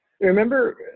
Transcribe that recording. Remember